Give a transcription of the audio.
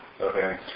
Okay